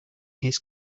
his